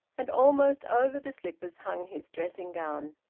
and almost over the slippers, hung his dressing-gown.